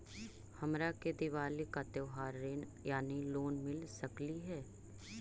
हमरा के दिवाली ला त्योहारी ऋण यानी लोन मिल सकली हे?